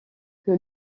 que